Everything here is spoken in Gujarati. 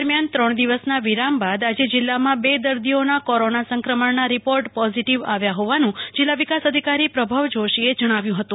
દરમિયાન ત્રણ દિવસના વિરામ બાદ આજે જીલ્લામાં બે દર્દીઓના કોરોના સંક્રમણના રીપોર્ટ પોઝીટીવ આવ્યા હોવાનું જીલ્લા વિકાસ અધિકારી પ્રભવ જોશી એ જણાવ્યું હતું